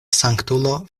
sanktulo